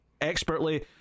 expertly